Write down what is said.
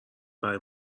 برای